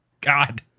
God